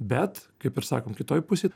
bet kaip ir sakom kitoj pusėj